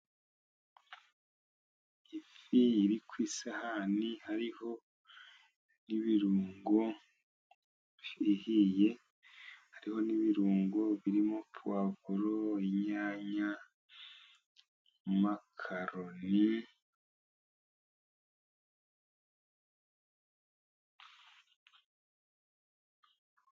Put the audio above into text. Ifi iri ku isahani hariho n'ibirungo bihiye, hariho n'ibirungo birimo puwavuro, inyanya na makaroni.